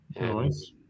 Nice